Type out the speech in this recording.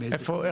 איפה זה עומד?